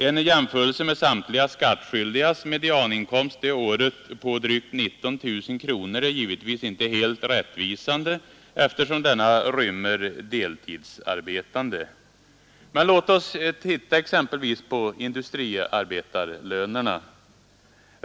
En jämförelse med samtliga skattskyldigas medianinkomst det året på drygt 19 000 kronor är givetvis inte helt rättvisande eftersom denna rymmer deltidsarbetande. Men låt oss titta exempelvis på industriarbetarlönerna.